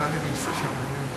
חברי הכנסת עפו אגבאריה,